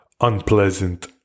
unpleasant